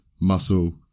muscle